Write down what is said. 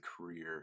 career